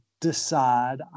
decide